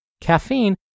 Caffeine